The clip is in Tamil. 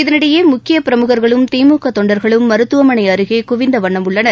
இதனிடையே முக்கிய பிரமுக்களும் திமுக தொண்டர்களும் மருத்துவமனை அருகே குவிந்த வண்ணம் உள்ளனர்